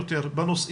עם הרבה מאוד בעיות.